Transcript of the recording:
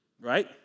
Right